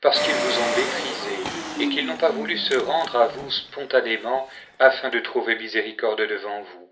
parce qu'ils vous ont méprisés et qu'ils n'ont pas voulu se rendre à vous spontanément afin de trouver miséricorde devant vous